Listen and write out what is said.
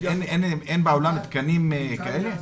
אין בעולם תקנים כאלה?